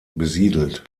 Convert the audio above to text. besiedelt